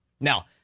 Now